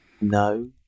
No